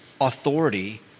authority